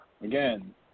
Again